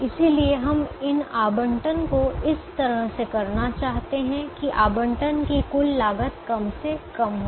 इसलिए हम इन आवंटन को इस तरह से करना चाहते हैं कि आवंटन की कुल लागत कम से कम हो